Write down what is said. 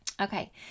okay